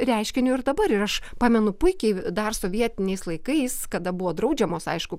reiškiniu ir dabar ir aš pamenu puikiai dar sovietiniais laikais kada buvo draudžiamos aišku